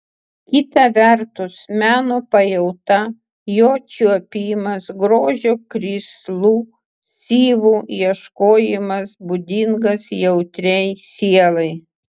kita vertus meno pajauta jo čiuopimas grožio krislų syvų ieškojimas būdingas jautriai sielai